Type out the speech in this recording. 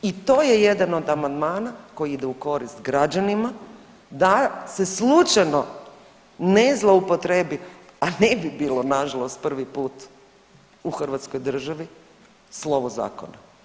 I to je jedan od amandmana koji ide u korist građanima da se slučajno ne zloupotrijebi, a ne bi bilo nažalost prvi put u Hrvatskoj državi slovo zakona.